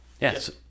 Yes